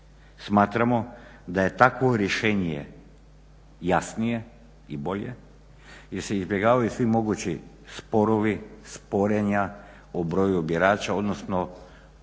Smatramo da je takvo rješenje jasnije i bolje jer se izbjegavaju svi mogući sporovi, sporenja o broju birača odnosno